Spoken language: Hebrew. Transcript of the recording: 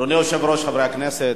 אדוני היושב-ראש, חברי הכנסת,